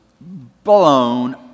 blown